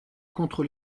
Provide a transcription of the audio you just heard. contre